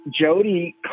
Jody